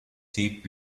deep